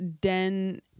den